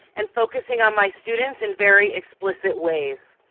and focusing on my students in very explicit ways.